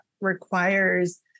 requires